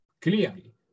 Clearly